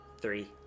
Three